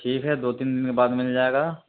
ٹھیک ہے دو تین دِن کے بعد مل جائے گا